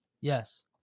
Yes